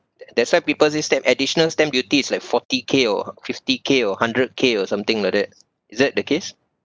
that's why people say stamp additional stamp duty is like forty K or fifty K or hundred K or something like that is that case